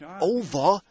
over